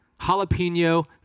jalapeno